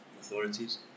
authorities